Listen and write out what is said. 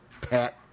Pat